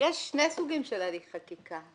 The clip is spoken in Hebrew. יש שני סוגים של הליך חקיקה.